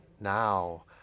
now